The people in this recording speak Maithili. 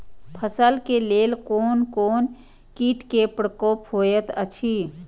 फसल के लेल कोन कोन किट के प्रकोप होयत अछि?